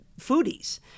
foodies